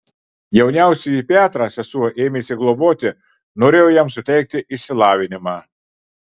jauniausiąjį petrą sesuo ėmėsi globoti norėjo jam suteikti išsilavinimą